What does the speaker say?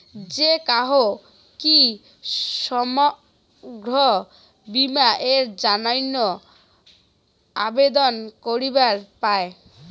যে কাহো কি স্বাস্থ্য বীমা এর জইন্যে আবেদন করিবার পায়?